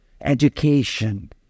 education